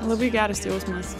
labai geras jausmas